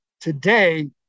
today